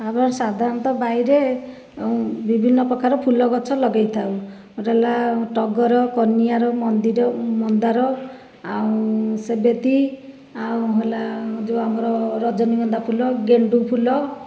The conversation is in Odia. ଆମର ସାଧାରଣତଃ ବାରିରେ ବିଭିନ୍ନ ପ୍ରକାର ଫୁଲଗଛ ଲଗେଇଥାଉ ସେଗୁଡ଼ିକ ହେଲା ଟଗର କନିଅର ମନ୍ଦିର ମନ୍ଦାର ଆଉ ସେବତୀ ଆଉ ହେଲା ଯେଉଁ ଆମର ରଜନୀଗନ୍ଧା ଫୁଲ ଗେଣ୍ଡୁଫୁଲ